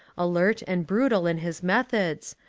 alert and brutal in his methods,